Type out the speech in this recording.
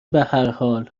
بحرحال